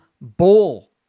bowl